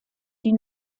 die